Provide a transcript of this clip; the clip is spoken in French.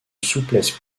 souplesse